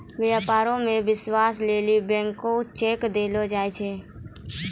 व्यापारो मे विश्वास लेली ब्लैंक चेक देलो जाय छै